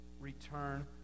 return